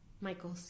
Michael